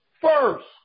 first